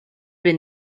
been